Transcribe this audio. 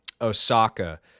Osaka